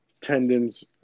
tendons